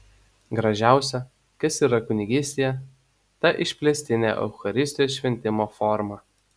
gražiausia kas yra kunigystėje ta išplėstinė eucharistijos šventimo forma